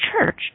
church